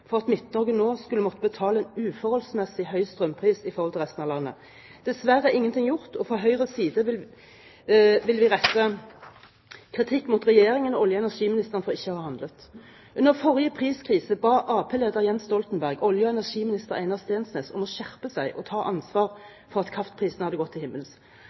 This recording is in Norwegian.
at Midt-Norge nå må betale en uforholdsmessig høy strømpris i forhold til resten av landet. Dessverre er ingenting gjort, og fra Høyres side vil vi rette kritikk mot Regjeringen og olje- og energiministeren for ikke å ha handlet. Under forrige priskrise ba arbeiderpartileder Jens Stoltenberg daværende olje- og energiminister Einar Steensnæs om å skjerpe seg og ta ansvar for at kraftprisene hadde gått til himmels,